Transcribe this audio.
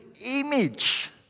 image